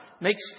makes